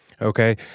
Okay